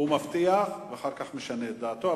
הוא מבטיח ואחר כך משנה את דעתו,